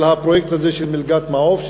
של הפרויקט הזה של "מלגת מעוף",